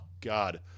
God